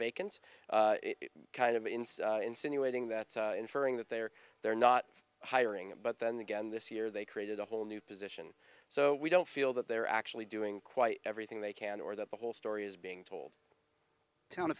vacant kind of in in simulating that inferring that they are they're not hiring but then again this year they created a whole new position so we don't feel that they're actually doing quite everything they can or that the whole story is being told town